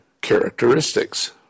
characteristics